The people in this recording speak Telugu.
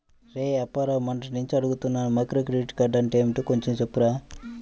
రేయ్ అప్పారావు, మొన్నట్నుంచి అడుగుతున్నాను మైక్రోక్రెడిట్ అంటే ఏంటో కొంచెం చెప్పురా